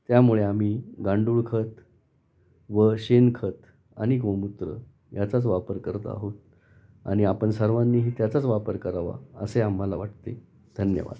त्यामुळे आम्ही गांडूळ खत व शेणखत आणि गोमूत्र याचाच वापर करत आहोत आणि आपण सर्वांनीही त्याचाच वापर करावा असे आम्हाला वाटते धन्यवाद